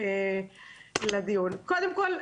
קודם כול,